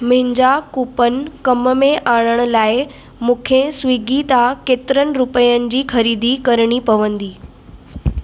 मुंहिंजा कूपन कम में आणण लाइ मूंखे स्विगी तां केतिरनि रुपियनि जी ख़रीदी करिणी पवंदी